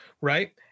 Right